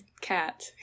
cat